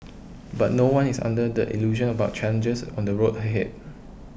but no one is under the illusion about challenges on the road ahead